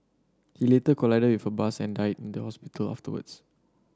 he later collided with a bus and died in the hospital afterwards